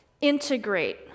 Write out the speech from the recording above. integrate